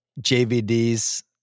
JVD's